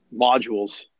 modules